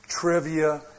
trivia